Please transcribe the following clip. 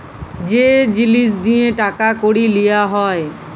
যে জিলিস দিঁয়ে টাকা কড়ি লিয়া হ্যয়